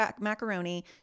macaroni